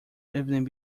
evening